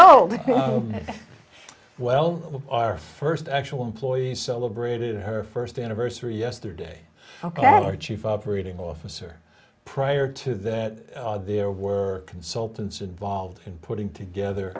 old well our first actual employee celebrated her first anniversary yesterday ok our chief operating officer prior to that there were consultants involved in putting together